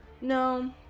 no